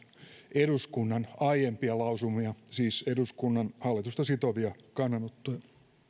eduskunnan aiempia lausumia siis eduskunnan hallitusta sitovia kannanottoja